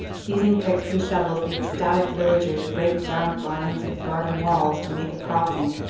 seizing picks and shovels the ecstatic villagers break down barns and garden walls to make a crossing.